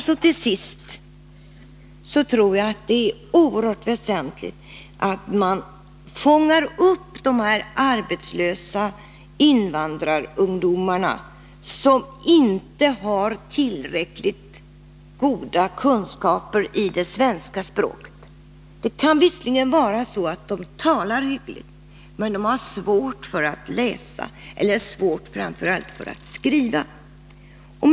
Slutligen tror jag att det är oerhört väsentligt att man fångar upp de arbetslösa invandrarungdomar som inte har tillräckligt goda kunskaper i svenska språket. Det kan visserligen vara så att de talar svenska, men de har ofta svårt för att läsa och framför allt för att skriva svenska.